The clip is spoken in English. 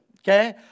okay